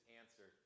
answer